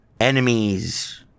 Enemies